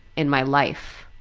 in my life.